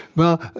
well,